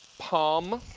palm,